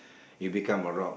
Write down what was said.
you become a rock